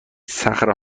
صخره